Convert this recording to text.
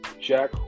Jack